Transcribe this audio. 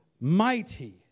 mighty